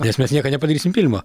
nes mes niekad nepadarysim filmo